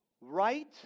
right